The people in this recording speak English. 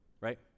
right